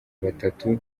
batatu